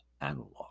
analog